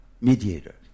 mediator